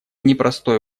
непростой